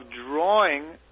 drawing